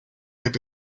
their